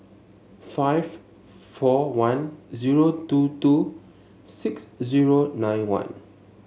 five four one zero two two six zero nine one